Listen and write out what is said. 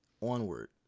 Onward